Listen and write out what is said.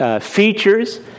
Features